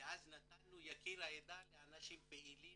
אז נתנו יקיר העדה לאנשים פעילים